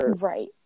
right